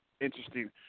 interesting